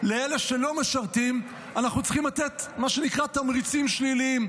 לאלה שלא משרתים אנחנו צריכים לתת מה שנקרא תמריצים שליליים,